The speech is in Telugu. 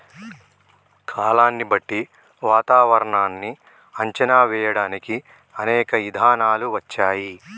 కాలాన్ని బట్టి వాతావరనాన్ని అంచనా వేయడానికి అనేక ఇధానాలు వచ్చాయి